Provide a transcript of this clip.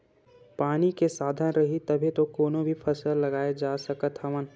पानी के साधन रइही तभे तो कोनो भी फसल लगाए जा सकत हवन